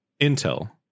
intel